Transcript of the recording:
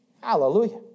Hallelujah